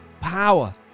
power